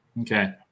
Okay